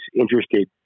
interested